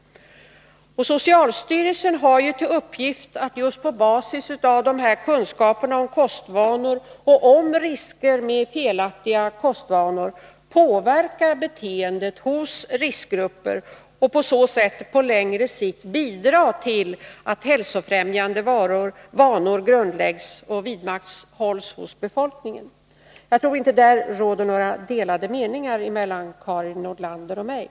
Socialstyrelsen har till uppgift att på basis av kunskaperna om kostvanor och risker med felaktiga kostvanor påverka beteendet hos riskgrupper och på så sätt på längre sikt bidra till att hälsofrämjande vanor grundläggs och vidmakthålls inom befolkningen. Jag tror inte att det härvidlag finns några meningsskiljaktigheter mellan Karin Nordlander och mig.